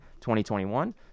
2021